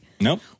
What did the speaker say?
Nope